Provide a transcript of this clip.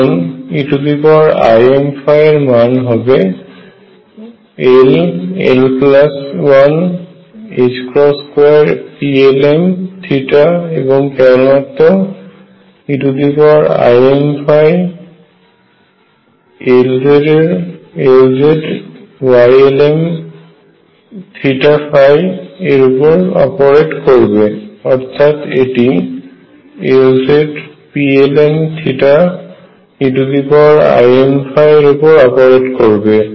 এখন eimϕ এরমান হবে l l12Plm এবং কেবমাত্র eimϕ এবং Lz Ylm এর উপরে অপরেট করবে এবং অর্থাৎ এটি Lz Plm eimϕ এর ওপর অপরেট করবে